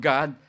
God